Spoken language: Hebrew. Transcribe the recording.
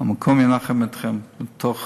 "המקום ינחם אתכם בתוך